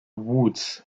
woods